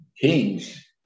kings